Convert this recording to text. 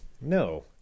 No